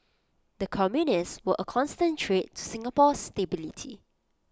the communists were A constant threat to Singapore's stability